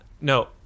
no